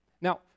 Now